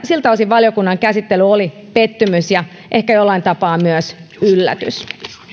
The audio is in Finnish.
siltä osin valiokunnan käsittely oli pettymys ja ehkä jollain tapaa myös yllätys